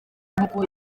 nk’uko